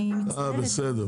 אה, בסדר.